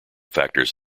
factors